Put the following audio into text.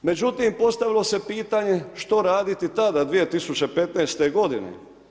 Međutim, postavilo se pitanje što raditi tada, 2015. godine?